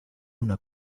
una